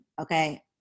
okay